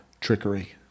trickery